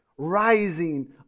rising